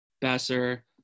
Besser